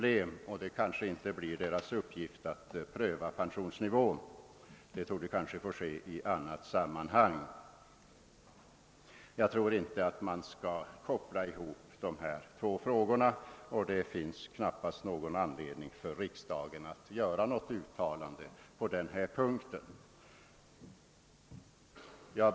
Däremot blir det kanske inte utredningens uppgift att pröva pensionsnivån; utan det torde få ske i annat sammanhang. Jag tror inte att man skall koppla ihop dessa två frågor, och det finns knappast någon anledning för riksdagen att göra något uttalande på den här punkten.